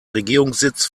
regierungssitz